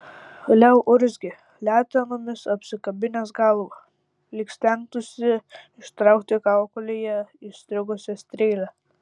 leo urzgė letenomis apsikabinęs galvą lyg stengtųsi ištraukti kaukolėje įstrigusią strėlę